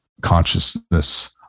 consciousness